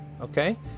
okay